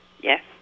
Yes